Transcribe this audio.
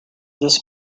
this